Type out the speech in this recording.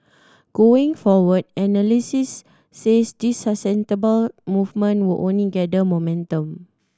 going forward analysts said this movement will only gather momentum